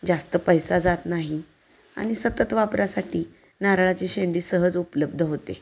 जास्त पैसा जात नाही आणि सतत वापरासाठी नारळाची शेंडी सहज उपलब्ध होते